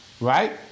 right